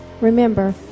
Remember